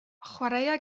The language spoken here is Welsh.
chwaraea